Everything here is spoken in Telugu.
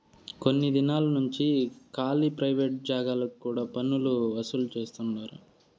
కొన్ని దినాలు నుంచి కాలీ ప్రైవేట్ జాగాలకు కూడా పన్నులు వసూలు చేస్తండారు